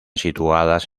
situadas